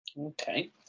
Okay